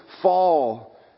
fall